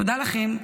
תודה לכם,